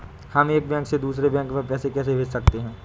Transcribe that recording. हम एक बैंक से दूसरे बैंक में पैसे कैसे भेज सकते हैं?